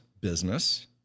business